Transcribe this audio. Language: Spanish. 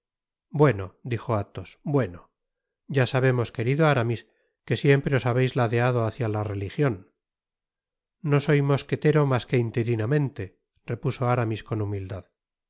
bueno dijo athos bueno ya sabemos querido aramis que siempre os habeis ladeado hácia la religion no soy mosquetero mas que interinamente repuso aramis con humildad